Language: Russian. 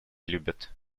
любит